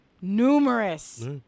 numerous